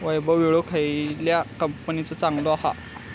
वैभव विळो खयल्या कंपनीचो चांगलो हा?